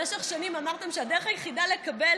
במשך שנים אמרתם שהדרך היחידה לקבל